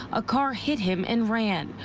a car hit him and ran.